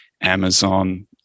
Amazon